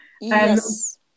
Yes